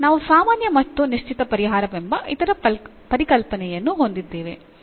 ನಾವು ಸಾಮಾನ್ಯ ಮತ್ತು ನಿಶ್ಚಿತ ಪರಿಹಾರವೆಂಬ ಇತರ ಪರಿಕಲ್ಪನೆಯನ್ನು ಹೊಂದಿದ್ದೇವೆ